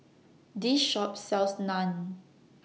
This Shop sells Naan